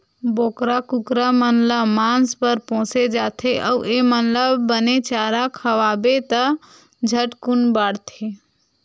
बोकरा, कुकरा मन ल मांस बर पोसे जाथे अउ एमन ल बने चारा खवाबे त झटकुन बाड़थे